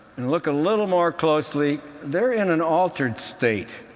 and look a little more closely, they're in an altered state.